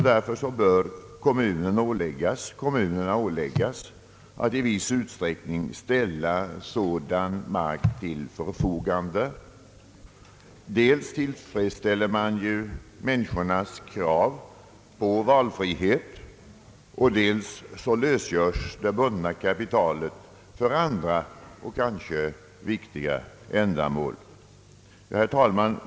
Därför bör kommunerna åläggas att i viss utsträckning ställa sådan mark till förfogande. Dels tillfredsställer man ju människornas krav på valfrihet, dels lösgörs det bundna kapitalet för andra och kanske viktigare ändamål. Herr talman!